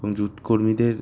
এবং জুট কর্মীদের